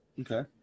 Okay